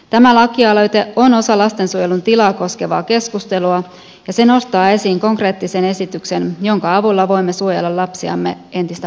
tämä lakialoite on osa lastensuojelun tilaa koskevaa keskustelua ja se nostaa esiin konkreettisen esityksen jonka avulla voimme suojella lapsiamme entistä paremmin